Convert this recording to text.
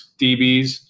DBs